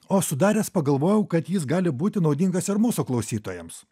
o sudaręs pagalvojau kad jis gali būti naudingas ir mūsų klausytojams